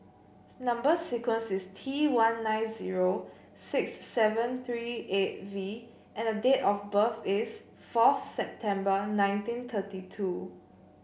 number sequence is T one nine zero six seven three eight V and the date of birth is fourth September nineteen thirty two